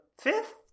fifth